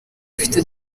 afite